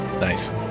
Nice